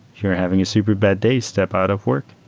you're having a super bad day, step out of work.